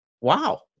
Wow